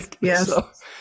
yes